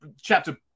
chapter